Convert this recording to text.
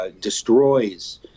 destroys